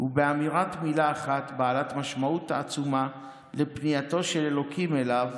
ובאמירת מילה אחת בעלת משמעות עצומה לפנייתו של אלוקים אליו: